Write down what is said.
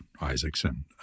Isaacson